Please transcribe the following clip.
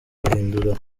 guhindura